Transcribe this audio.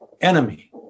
enemy